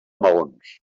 maons